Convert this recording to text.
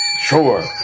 Sure